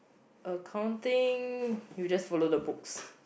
accounting you just follow the books